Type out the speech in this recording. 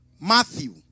Matthew